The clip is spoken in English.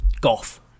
Golf